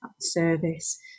service